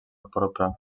porpra